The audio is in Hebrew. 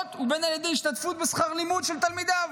ישירות ובין השתתפות בשכר לימוד של תלמידיו.